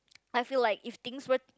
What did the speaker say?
I feel like if things were